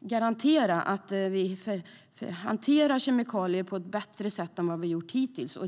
garantera att vi hanterar kemikalier på ett bättre och tydligare sätt än vi har gjort hittills.